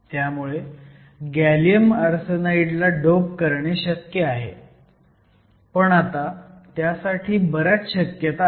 त्यामुळे gallium arsenide ला dope करणे शक्य आहे पण आता त्यासाठी बऱ्याच शक्यता आहेत